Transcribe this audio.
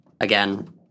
Again